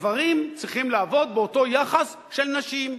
גברים צריכים לעבוד באותו יחס של נשים.